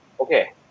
Okay